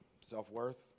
self-worth